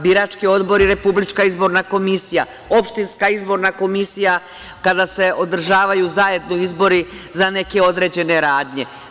Birački odbor i RIK i Opštinska izborna komisija kada se održavaju zajedno izbori za neke određene radnje.